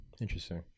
interesting